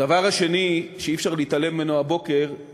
הדבר השני שאי-אפשר להתעלם ממנו הבוקר הוא